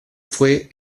fue